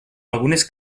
algunes